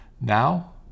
Now